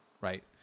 right